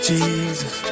Jesus